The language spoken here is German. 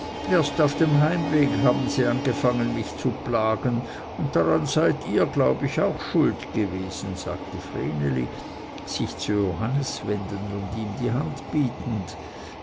erst auf dem heimweg haben sie mich angefangen zu plagen und daran seid ihr glaub ich auch schuld gewesen sagte vreneli sich zu johannes wendend und ihm die hand bietend